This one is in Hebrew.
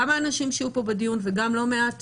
גם האנשים שהיו פה בדיון וגם לא מעט